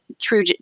true